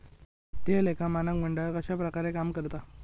वित्तीय लेखा मानक मंडळ कश्या प्रकारे काम करता?